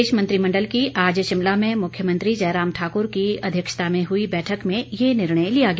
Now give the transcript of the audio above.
प्रदेश मंत्रिमंडल की आज शिमला में मुख्यमंत्री जयराम ठाक्र की अध्यक्षता में हुई बैठक में ये निर्णय लिया गया